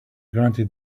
granted